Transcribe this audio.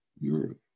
Europe